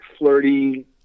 flirty